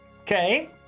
Okay